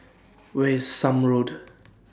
Where IS Somme Road